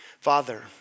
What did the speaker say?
Father